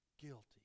guilty